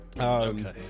Okay